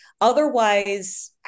Otherwise